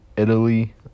Italy